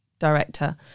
director